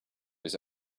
his